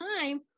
time